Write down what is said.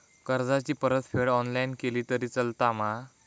कर्जाची परतफेड ऑनलाइन केली तरी चलता मा?